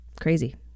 crazy